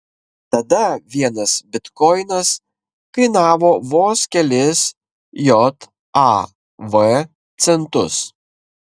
tada vienas bitkoinas kainavo vos kelis jav centus